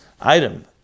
item